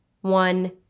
one